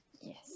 Yes